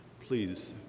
Please